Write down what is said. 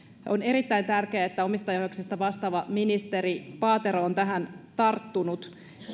on erittäin tärkeää että omistajaohjauksesta vastaava ministeri paatero on tähän tarttunut